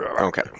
Okay